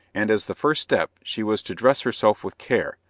and as the first step, she was to dress herself with care,